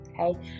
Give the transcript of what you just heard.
okay